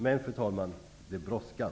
Men fru talman, det brådskar!